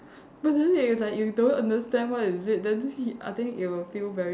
but then it's like you don't understand what is it then he I think you would feel very